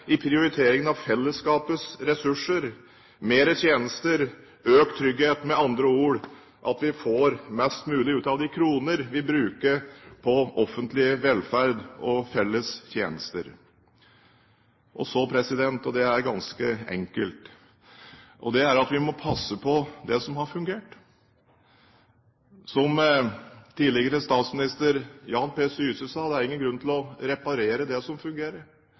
i prioriteringen av fellesskapets ressurser – mer tjenester, økt trygghet – med andre ord at vi får mest mulig ut av de kroner vi bruker på offentlig velferd og felles tjenester. Så må vi – og det er ganske enkelt – passe på det som har fungert. Som tidligere statsminister Jan P. Syse sa: Det er ingen grunn til å reparere det som fungerer.